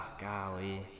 golly